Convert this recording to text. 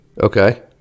Okay